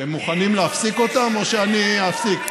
אתם מוכנים להפסיק אותם או שאני אפסיק?